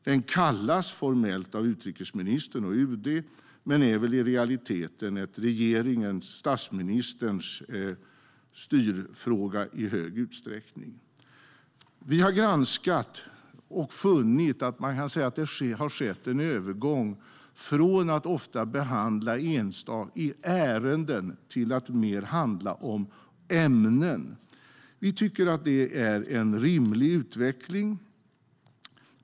Den kallas formellt av utrikesministern och UD men är väl i realiteten i hög grad statsministerns styrfråga. Vi har granskat och funnit att det har skett en övergång från att ofta behandla enskilda ärenden till att mer handla om ämnen. Vi tycker att det är en rimlig utveckling.